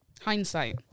hindsight